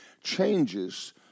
changes